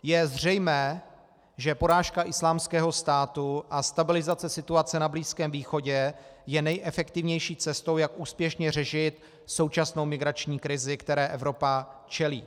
Je zřejmé, že porážka Islámského státu a stabilizace situace na Blízkém východě je nejefektivnější cestou, jak úspěšně řešit současnou migrační krizi, které Evropa čelí.